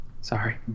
sorry